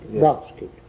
basket